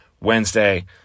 Wednesday